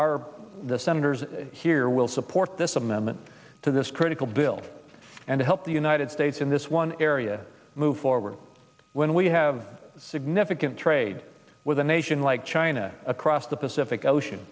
our senators here will support this amendment to this critical bill and help the united states in this one area move forward when we have significant trade with a nation like china across the pacific ocean